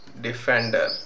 Defender